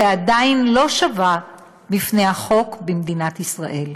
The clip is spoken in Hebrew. ועדיין לא שווה בפני החוק במדינת ישראל.